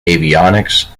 avionics